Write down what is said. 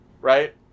right